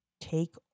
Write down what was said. take